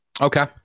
Okay